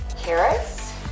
carrots